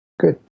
good